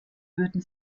würden